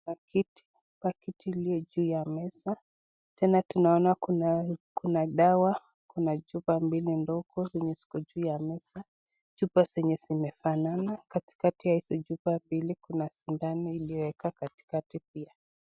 Pakiti pakiti iliyojuu ya meza, tena tunaona Kuna dawa kuna chupa mbili ndogo zenye ziko juu ya meza, chupa zenye zinafanana katika ya hizi chupa mbili kuna sindano ilioekaa katikati pia.